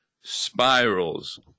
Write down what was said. spirals